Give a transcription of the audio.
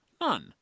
None